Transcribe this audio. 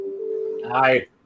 Hi